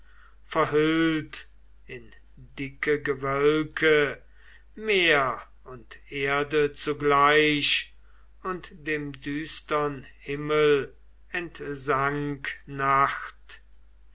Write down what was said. verhüllt in dicke gewölke meer und erde zugleich und dem düstern himmel entsank nacht